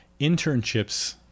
internships